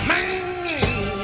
Man